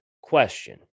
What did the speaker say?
question